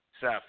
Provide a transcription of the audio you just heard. Seth